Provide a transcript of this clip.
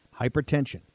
Hypertension